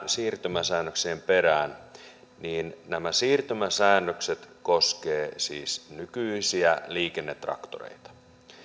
siirtymäsäännöksien perään nämä siirtymäsäännökset koskevat siis nykyisiä liikennetraktoreita